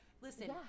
listen